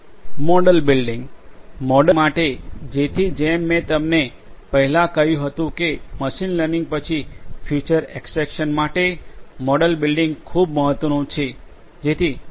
model building model building માટે તેથી જેમ મેં તમને પહેલા કહ્યું હતું કે મશીન લર્નિંગ પછી ફીચર એક્સટ્રેકશન માટે મોડેલ બિલ્ડિંગ ખૂબ મહત્વનું છે